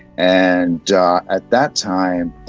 and at that time,